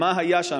מה היה שם,